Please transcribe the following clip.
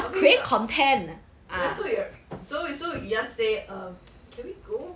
okay ya ya so you're so you so you just say err can we go